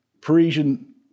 Parisian